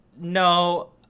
No